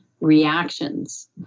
reactions